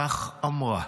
כך אמרה,